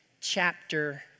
chapter